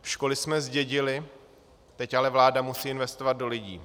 Školy jsme zdědili, teď ale vláda musí investovat do lidí.